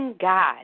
God